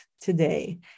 today